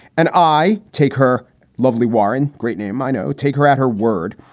and i take her lovely warren. great name. i know. take her at her word.